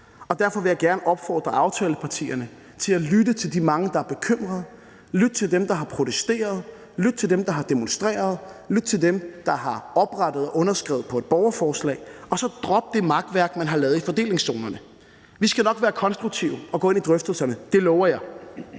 Derfor vil jeg gerne opfordre aftalepartierne til at lytte til de mange, der er bekymrede, lytte til dem, der har protesteret, lytte til dem, der har demonstreret, lytte til dem, der har oprettet og underskrevet et borgerforslag, og så droppe det makværk, man har lavet i fordelingszonerne. Vi skal nok være konstruktive og gå ind i drøftelserne – det lover jeg.